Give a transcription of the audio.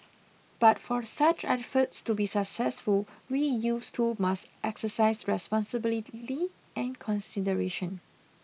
but for such efforts to be successful we youths too must exercise responsibility and consideration